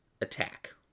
attack